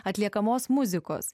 atliekamos muzikos